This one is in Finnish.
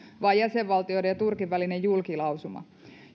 vaan jäsenvaltioiden ja turkin välinen julkilausuma